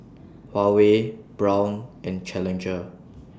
Huawei Braun and Challenger